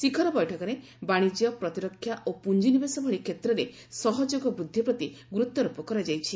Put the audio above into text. ଶିଖର ବୈଠକରେ ବାଣିଜ୍ୟ ପ୍ରତିରକ୍ଷା ଓ ପୁଞ୍ଜିନିବେଶ ଭଳି କ୍ଷେତ୍ରରେ ସହଯୋଗ ବୃଦ୍ଧି ପ୍ରତି ଗୁରୁତ୍ୱାରୋପ କରାଯାଇଛି